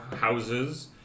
houses